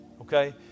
okay